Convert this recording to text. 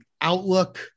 Outlook